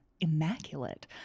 immaculate